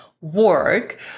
work